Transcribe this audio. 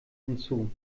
hinzu